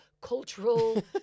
cultural